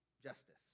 Justice